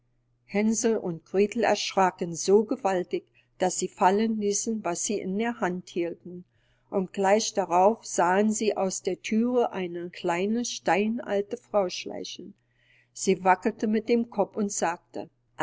hänsel und gretel erschracken so gewaltig daß sie fallen ließen was sie in der hand hielten und gleich darauf sahen sie aus der thüre eine kleine steinalte frau schleichen sie wackelte mit dem kopf und sagte